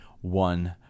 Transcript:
one